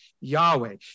Yahweh